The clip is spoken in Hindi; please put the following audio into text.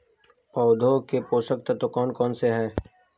पौधों के पोषक तत्व कौन कौन से हैं?